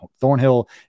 Thornhill